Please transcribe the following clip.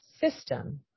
system